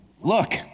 look